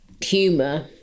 humor